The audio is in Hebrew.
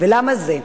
ולמה זה?